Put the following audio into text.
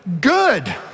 Good